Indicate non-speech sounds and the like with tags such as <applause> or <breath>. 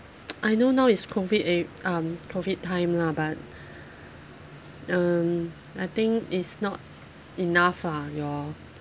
I know now is COVID at um COVID time lah but <breath> um I think it's not enough lah your